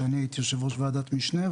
כשאני הייתי יושב ראש ועדת משנה,